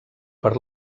per